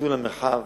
ניצול המרחב